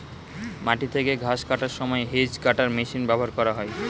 মাটি থেকে ঘাস কাটার সময় হেজ্ কাটার মেশিন ব্যবহার করা হয়